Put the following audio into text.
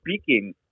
speaking